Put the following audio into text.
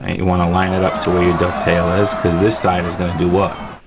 you wanna line it up to where your dovetail is cause this side is gonna do what?